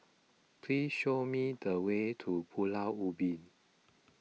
please show me the way to Pulau Ubin